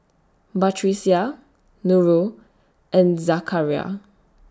Batrisya Nurul and Zakaria